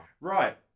Right